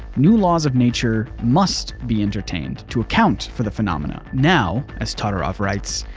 new laws of nature must be entertained to account for the phenomenon. now as todorov writes,